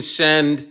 send